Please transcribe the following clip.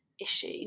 issue